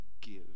give